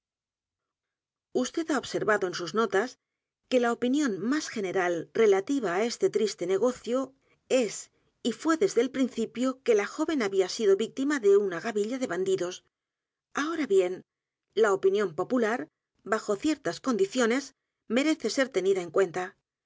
usted ha observado en sus notas que la opinión más general relativa á este triste negocio es y fué desde el principio que la joven había sido víctima de una gavilla de bandidos ahora bien la opinión popular bajo ciertas condiciones merece ser tenida en cuenta